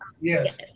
yes